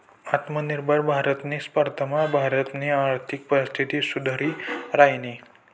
आत्मनिर्भर भारतनी स्पर्धामा भारतनी आर्थिक परिस्थिती सुधरि रायनी